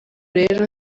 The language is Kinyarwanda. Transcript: rero